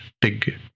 big